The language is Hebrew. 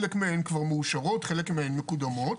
חלק מהן כבר מאושרות וחלק מהן מקודמות.